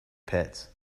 pets